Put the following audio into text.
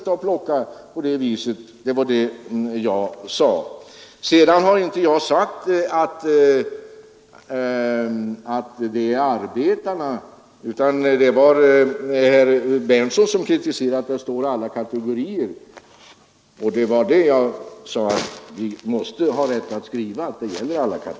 Det är väl alldeles uppenbart.